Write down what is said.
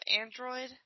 android